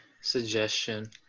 suggestion